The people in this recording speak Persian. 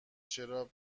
چرا